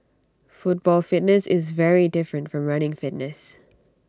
football fitness is very different from running fitness